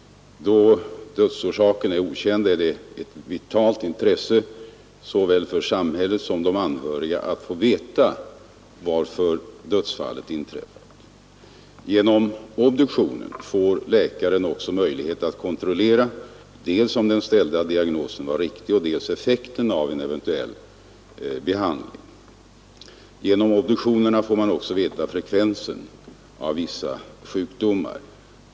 Då dödsorsaken är okänd är det ett vitalt intresse såväl för samhället som för de anhöriga att få veta varför dödsfallet inträffat. Genom obduktionen får läkaren också möjlighet kontrollera dels om den ställda diagnosen var riktig, dels effekten av en eventuell behandling. Genom obduktionerna får vi också veta frekvensen av vissa sjukdomar.